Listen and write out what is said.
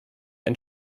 ein